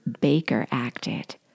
Baker-acted